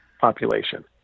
population